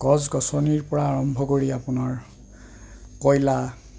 গছ গছনিৰপৰা আৰম্ভ কৰি আপোনাৰ কয়লা